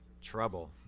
trouble